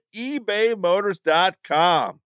ebaymotors.com